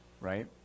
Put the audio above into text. right